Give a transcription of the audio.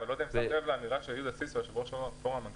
אני מפנה אתכם לאמירתו של יהודה סיסו בתחילת הדיון.